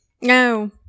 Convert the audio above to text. No